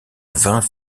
vingt